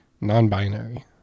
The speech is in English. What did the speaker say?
Non-binary